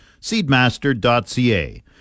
Seedmaster.ca